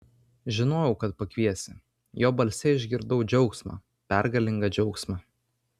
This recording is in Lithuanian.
žinojau kad pakviesi jo balse išgirdau džiaugsmą pergalingą džiaugsmą